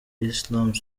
islamic